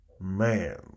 man